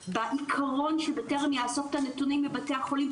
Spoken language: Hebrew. בעיקרון שבטרם יאסוף את הנתונים מבתי החולים,